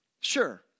Sure